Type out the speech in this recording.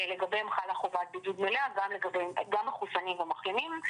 לגביהם חלה חובת בידוד מלאה, גם מחוסנים ומחלימים.